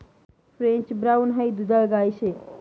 French brown high दुधाळ गाय शे